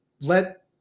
let